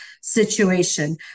situation